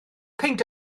peint